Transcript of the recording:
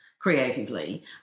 creatively